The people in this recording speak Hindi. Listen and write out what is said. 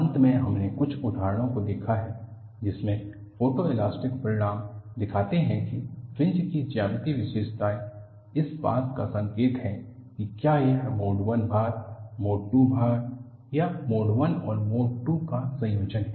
अंत में हमने कुछ उदाहरणों को देखा है जिसमें फोटोएलास्टिक परिणाम दिखाते हैं की फ्रिंज की ज्यामितीय विशेषताएं इस बात का संकेत हैं कि क्या यह मोड 1 भार मोड 2 भार या मोड 1 और मोड 2 का संयोजन है